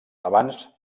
abans